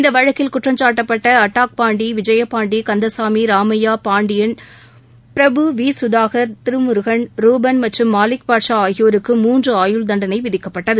இந்த வழக்கில் attack Pandi Vijayapandi Kandasamy Ramaiah Pandian Prabhu V Sudhakar Thirumurugan Ruban மற்றும் மாலிக் பாட்சா ஆகியோருக்கு மூன்று ஆயுள்தண்டணை விதிக்கப்பட்டது